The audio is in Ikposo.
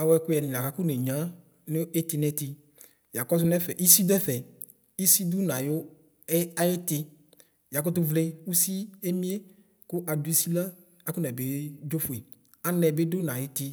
Awʋ ɛkʋyɛni lakʋ akɔ neuya nʋ iti niti yakɔsʋ nɛfɛ isi dʋ ɛfɛ isi dʋ nʋ ayʋ iti yakʋtʋ vli ʋsʋ emie kʋ adʋ isi la akɔnabe dzofʋɛ anɛ bido no ayiti